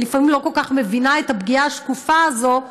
ולפעמים לא כל כך מבינה את הפגיעה השקופה הזאת.